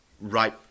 right